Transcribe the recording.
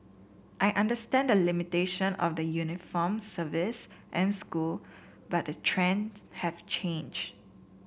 I understand the limitation of the uniformed service and school but the trends have changed